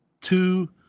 two